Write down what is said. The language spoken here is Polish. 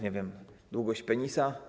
Nie wiem, długość penisa?